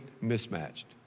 mismatched